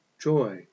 joy